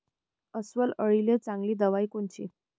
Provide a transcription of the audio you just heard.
अस्वल अळीले चांगली दवाई कोनची?